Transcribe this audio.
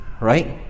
right